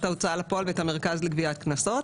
ההוצאה לפועל ואת המרכז לגביית קנסות.